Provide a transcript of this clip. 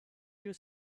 you